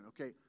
Okay